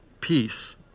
peace